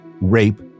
rape